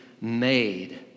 made